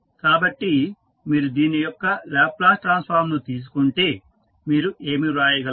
కాబట్టి మీరు దీని యొక్క లాప్లేస్ ట్రాన్స్ఫామ్ ను తీసుకుంటే మీరు ఏమి వ్రాయగలరు